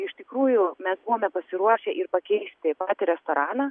iš tikrųjų mes buvome pasiruošę ir pakeisti patį restoraną